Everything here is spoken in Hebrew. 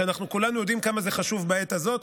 שכולנו יודעים כמה הוא חשוב בעת הזאת.